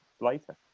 later